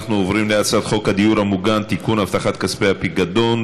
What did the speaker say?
אנחנו עוברים להצעת חוק הדיור המוגן (תיקון) (הבטחת כספי הפיקדון).